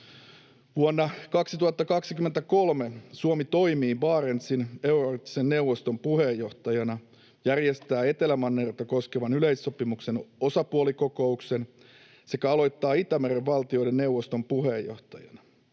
Vuonna 2023 Suomi toimii Barentsin euroarktisen neuvoston puheenjohtajana, järjestää Etelämannerta koskevan yleissopimuksen osapuolikokouksen sekä aloittaa Itämeren valtioiden neuvoston puheenjohtajana.